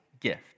gift